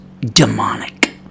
demonic